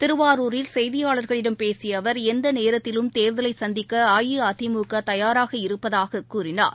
திருவாரூரில் செய்தியாளர்களிடம் பேசியஅவர் எந்தநேரத்திலும் தேர்தலைசந்திக்கஅஇஅதிமுகதயாராக இருப்பதாககூறினார்